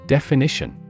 Definition